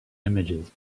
images